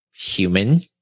Human